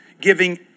Giving